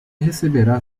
receberá